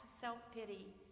self-pity